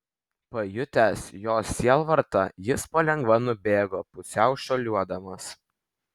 pajutęs jos sielvartą jis palengva nubėgo pusiau šuoliuodamas